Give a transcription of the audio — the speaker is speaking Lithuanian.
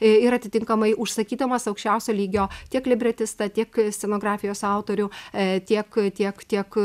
ir atitinkamai užsakydamas aukščiausio lygio tiek libretistą tiek scenografijos autorių ee tiek tiek tiek